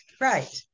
right